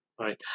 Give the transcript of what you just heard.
Right